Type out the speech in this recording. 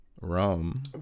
rum